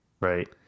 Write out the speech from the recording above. Right